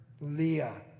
Leah